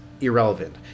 irrelevant